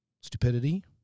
stupidity